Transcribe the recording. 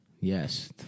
yes